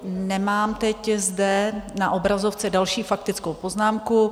Nemám teď zde na obrazovce další faktickou poznámku.